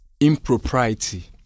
impropriety